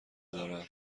دارم